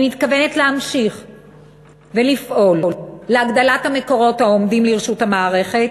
אני מתכוונת להמשיך ולפעול להגדלת המקורות העומדים לרשות המערכת